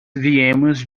viemos